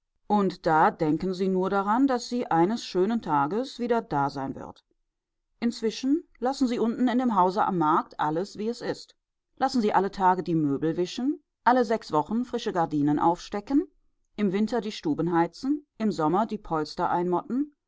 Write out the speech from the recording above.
und da denken sie nur daran daß sie eines schönen tages wieder dasein wird inzwischen lassen sie unten in dem hause am markt alles wie es ist lassen sie alle tage die möbel wischen alle sechs wochen frische gardinen aufstecken im winter die stuben heizen im sommer die polster einmotten